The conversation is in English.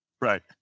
Right